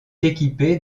équipée